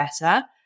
better